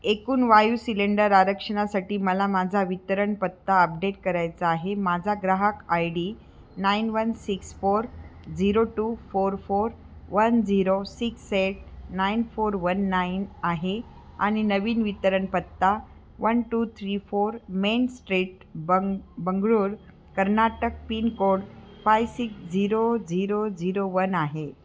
एकूण वायू सिलेंडर आरक्षणासाठी मला माझा वितरण पत्ता अपडेट करायचा आहे माझा ग्राहक I D nine one six four zero two four four one zero six eight nine four one nine आहे आणि नवीन वितरणपत्ता one two three four main street बंग Bengaluru Karnataka pin code five six zero zero zero one आहे